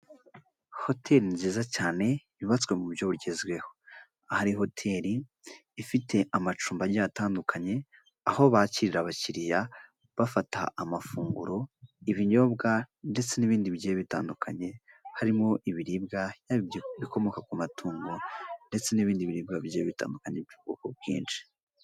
Hoteli nziza cyane yubatswe mu buryo bugezweho. Ahari hoteli ifite amacumbi agiye atandukanye aho bakirira abakiriya bafata amafunguro, ibinyobwa, ndetse n'ibindi bigiye bitandukanye, harimo ibiribwa bikomoka ku matungo ndetse n'ibindi biribwa bigiye bitandukanye by'ubwoko bwinshi.